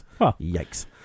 Yikes